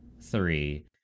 three